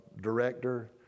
director